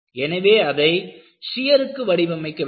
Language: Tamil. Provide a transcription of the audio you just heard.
எனவே அதை ஷியருக்கு வடிவமைக்க வேண்டும்